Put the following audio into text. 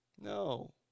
No